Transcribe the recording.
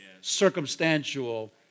circumstantial